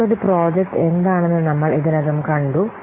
ഇപ്പോൾ ഒരു പ്രോജക്റ്റ് എന്താണെന്ന് നമ്മൾ ഇതിനകം കണ്ടു